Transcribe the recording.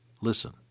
Listen